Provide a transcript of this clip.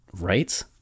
Right